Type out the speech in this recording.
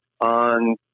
on